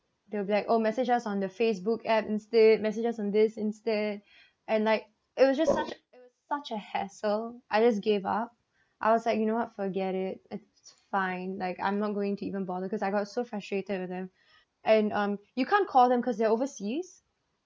they'll be like oh message us on the facebook app instead message us on this instead and like it was just it was such a hassle I just gave up I was like you know what forget it it's fine like I'm not going to even bother because I got so frustrated with them and um you can't call them because they are overseas